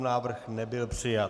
Návrh nebyl přijat.